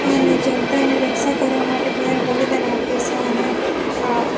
અને જનતાની રક્ષા કરવા માટે પોતાનું બલિદાન આપ્યું છે અને આ